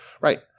Right